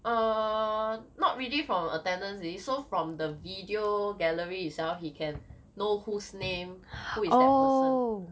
err not really from the attendance list so from the video gallery itself he can know whose name who is that person